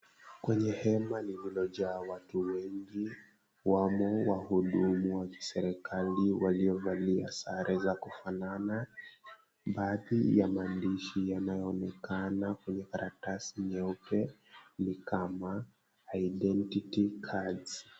Kwenye hema lililojaa watu wengi wamo wahudumu wa kiserikali waliovalia sare za kufanana, baadhi ya maandishi yanayoonekana kwenye karatasi nyeupe ni kama identity cards .